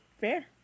Fair